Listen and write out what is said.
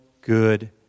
good